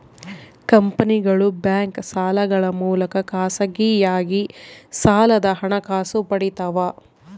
ಕಂಪನಿಗಳು ಬ್ಯಾಂಕ್ ಸಾಲಗಳ ಮೂಲಕ ಖಾಸಗಿಯಾಗಿ ಸಾಲದ ಹಣಕಾಸು ಪಡಿತವ